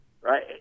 right